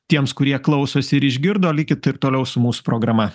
tiems kurie klausėsi ir išgirdo likit ir toliau su mūsų programa